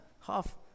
Half